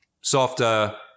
softer